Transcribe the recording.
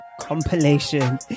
compilation